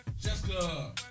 Jessica